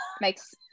makes